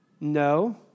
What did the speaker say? No